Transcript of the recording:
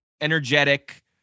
energetic